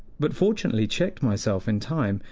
but fortunately checked myself in time,